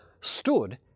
stood